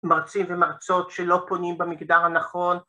‫מרצים ומרצות שלא פונים ‫במגדר הנכון.